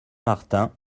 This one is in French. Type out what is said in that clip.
martin